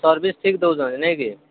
service ଠିକ୍ ଦଉଛନ୍ତି ନାଇଁ କି